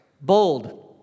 Bold